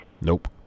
Nope